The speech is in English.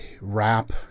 rap